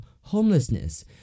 homelessness